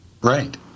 Right